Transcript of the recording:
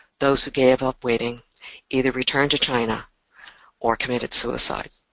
those who gave up waiting either returned to china or committed suicide.